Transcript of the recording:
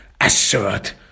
assert